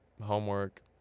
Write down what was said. homework